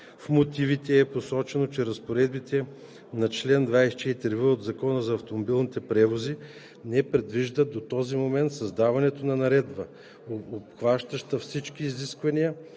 В мотивите е посочено, че разпоредбите на чл. 24в от Закона за автомобилните превози не предвиждат до този момент създаването на наредба, обхващаща всички изисквания,